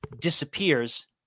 disappears